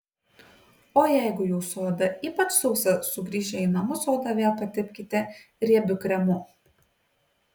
o jeigu jūsų oda ypač sausa sugrįžę į namus odą vėl patepkite riebiu kremu